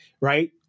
Right